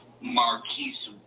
Marquise